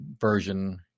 version